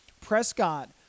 Prescott